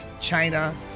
China